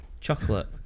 Chocolate